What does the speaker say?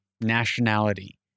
nationality